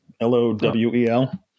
L-O-W-E-L